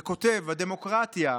וכותב: "הדמוקרטיה,